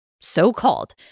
so-called